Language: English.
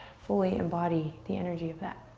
fully embody the energy of that.